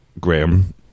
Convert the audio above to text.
Graham